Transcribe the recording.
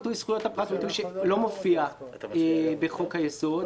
הביטוי "זכויות הפרט" לא מופיע בחוק היסוד,